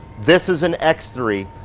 this is an x three,